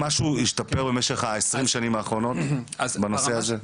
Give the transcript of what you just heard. משהו השתפר ב-20 השנים האחרונות בנושא הזה?